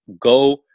go